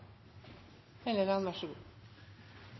eller god